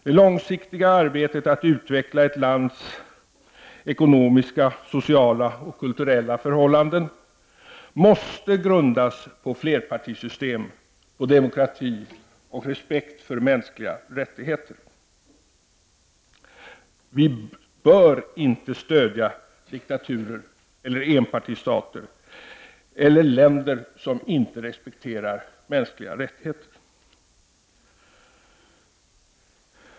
Det långsiktiga arbetet med att utveckla ett lands ekonomiska, sociala och kulturella förhållanden måste grundas på flerpartisystem, demokrati och respekt för mänskliga rättigheter. Vi bör inte stödja diktaturer, enpartistater eller länder som inte respekterar mänskliga rättigheter.